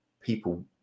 people